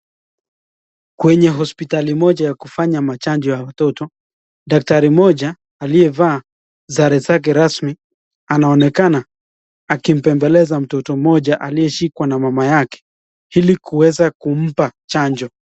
Kwenye hospitali moja ya kufanya chanjo ya watoto, kuna dakatari moja alievaa sare zake rasmi anaonekana akimbebeleza mtoto moja aliyeshikwa na mama yake ili aweze kupa chanjo.